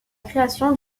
création